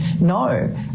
no